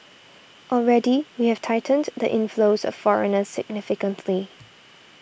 already we have tightened the inflows of foreigners significantly